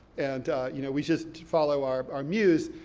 and you know, we just follow our our muse.